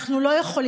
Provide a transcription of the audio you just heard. אנחנו לא יכולים.